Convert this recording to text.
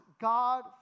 God